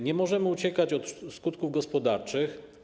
Nie możemy uciekać od skutków gospodarczych.